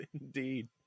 Indeed